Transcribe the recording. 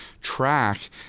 track